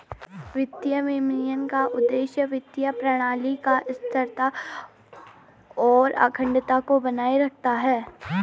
वित्तीय विनियमन का उद्देश्य वित्तीय प्रणाली की स्थिरता और अखंडता को बनाए रखना है